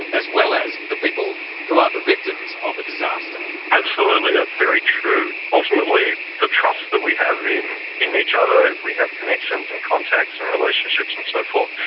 as well as the people who are the victims of a disaster. absolutely, that's very true. ultimately the trust that we have in in each other, if we have connections and contacts and relationships and so forth,